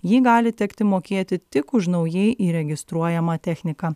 jį gali tekti mokėti tik už naujai įregistruojamą techniką